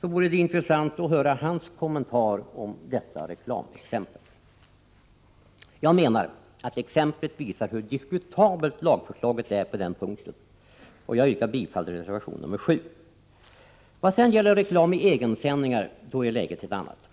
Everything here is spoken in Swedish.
det vore intressant att få höra hans kommentar till detta reklamexempel. Jag menar att exemplet visar hur diskutabelt lagförslaget är på denna punkt. Jag yrkar bifall till reservation nr 7. Vad sedan gäller reklam i egensändningar är läget ett annat.